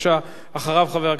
אחריו, חבר הכנסת שכיב שנאן.